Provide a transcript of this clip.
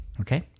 Okay